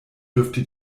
dürfte